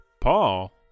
Paul